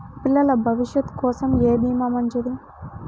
పిల్లల భవిష్యత్ కోసం ఏ భీమా మంచిది?